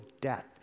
death